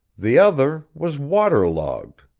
the other was water-logged.